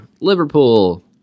Liverpool